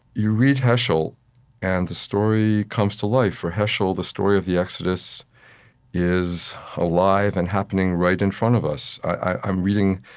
you read heschel and the story comes to life. for heschel, the story of the exodus is alive and happening right in front of us. i'm reading